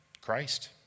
Christ